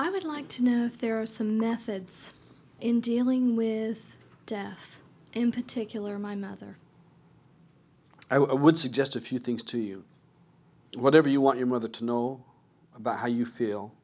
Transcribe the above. i would like to know if there are some methods in dealing with down in particular my mother i would suggest a few things to you whatever you want your mother to know about how you feel